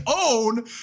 own